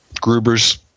Gruber's